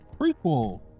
Prequel